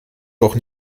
doch